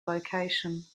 location